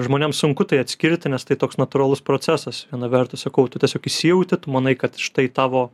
žmonėms sunku tai atskirti nes tai toks natūralus procesas viena vertus sakau tu tiesiog įsijauti tu manai kad štai tavo